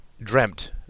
dreamt